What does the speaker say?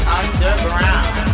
underground